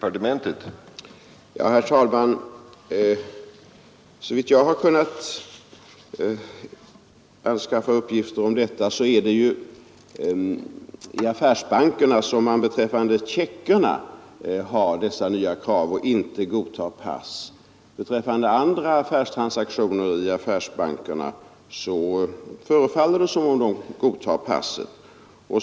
Torsdagen den Herr talman! Såvitt jag har kunnat se av de uppgifter jag inskaffat om 18 januari 1973 detta är det affärsbankerna som beträffande checkerna inte godtar pass som legitimation utan uppställt vissa nya krav. När det gäller andra affärstransaktioner i affärsbankerna förefaller det som om man godtar passet.